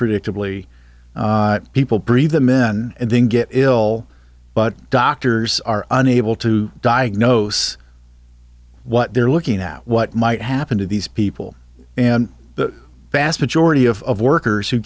predictably people breathe the men and then get ill but doctors are unable to diagnose what they're looking at what might happen to these people and the vast majority of workers who